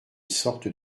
sorte